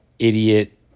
Idiot